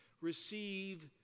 receive